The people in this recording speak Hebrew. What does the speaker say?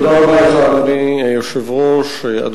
אדוני היושב-ראש, תודה רבה.